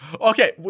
Okay